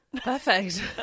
perfect